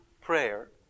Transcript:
prayer